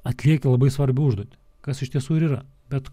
atlieki labai svarbią užduotį kas iš tiesų ir yra bet